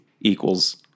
equals